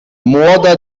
młoda